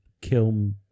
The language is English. kill